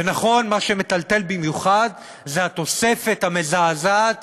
ונכון, מה שמטלטל במיוחד זה התוספת המזעזעת